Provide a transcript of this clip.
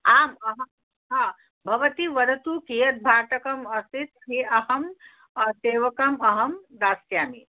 आम् अहं हा भवती वदतु कियद् भाटकम् आसीत् ही अहं सेवकम् अहं दास्यामि